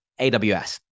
AWS